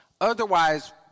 Otherwise